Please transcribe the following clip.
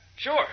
Sure